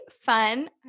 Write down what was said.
fun